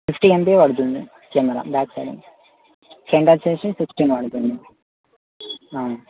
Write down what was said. fifty MP పడుతుంది camera back camera front వచ్చేసి sixteen పడుతుంది